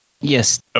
Yes